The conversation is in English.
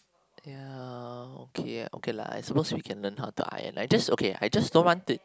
ya okay okay lah I suppose we can learn how to iron I just okay I just don't want it